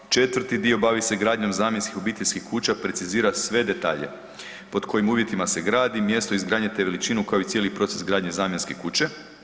4. dio bavi se gradnjom zamjenskih obiteljskih kuća, precizira sve detalje, pod kojim uvjetima se gradi, mjesto izgradnje te veličinu, kao i cijeli proces gradnje zamjenske kuće.